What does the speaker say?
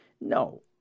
no